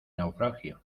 naufragio